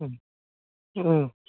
ও ও